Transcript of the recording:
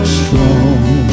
strong